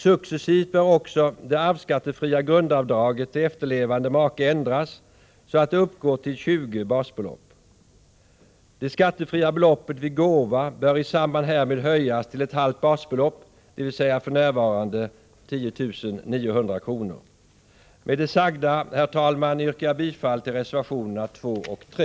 Successivt bör också det arvsskattefria grundavdraget till efterlevande make ändras, så att det uppgår till 20 basbelopp. Det skattefria beloppet vid gåva bör i samband härmed höjas till ett halvt basbelopp, dvs. för närvarande 10 900 kr. Herr talman! Med det sagda yrkar jag bifall till reservationerna 2 och 3.